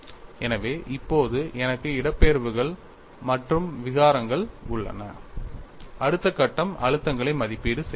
எனவே இப்போது எனக்கு இடப்பெயர்வுகள் மற்றும் விகாரங்கள் உள்ளன அடுத்த கட்டம் அழுத்தங்களை மதிப்பீடு செய்கிறது